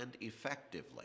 effectively